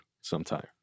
sometime